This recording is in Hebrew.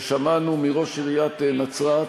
ששמענו מראש עיריית נצרת,